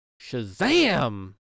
Shazam